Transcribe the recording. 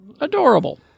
Adorable